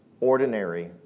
ordinary